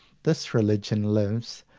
this religion lives,